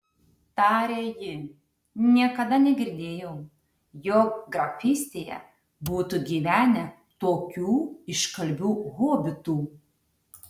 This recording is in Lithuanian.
tarė ji niekada negirdėjau jog grafystėje būtų gyvenę tokių iškalbių hobitų